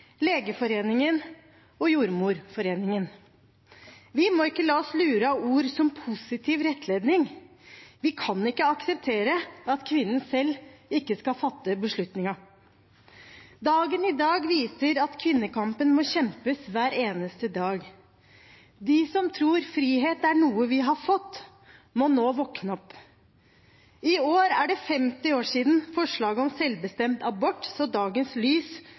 Legeforeningen og Jordmorforeningen. Vi må ikke la oss lure av ord som «positiv rettledning». Vi kan ikke akseptere at kvinnen selv ikke skal fatte beslutningen. Dagen i dag viser at kvinnekampen må kjempes hver eneste dag. De som tror frihet er noe vi har fått, må nå våkne opp. I år er det 50 år siden forslaget om selvbestemt abort så dagens lys